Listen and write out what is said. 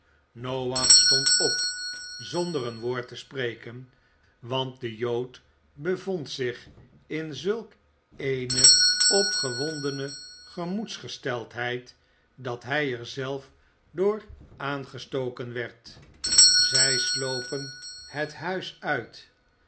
noach stond op zonder een woord te spreken want de jood bevond zich in zulk eene opgewondene gemoedsgesteldheid dat hij er zelf door aangestoken werd zij slopen het huis uit